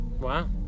Wow